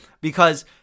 because-